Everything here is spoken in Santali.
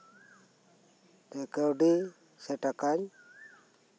ᱠᱟᱹᱣᱰᱤ ᱥᱮ ᱴᱟᱠᱟᱧ